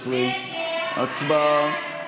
15. הצבעה.